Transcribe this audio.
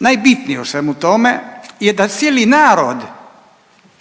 najbitnije u svemu tome je da cijeli narod